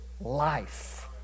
life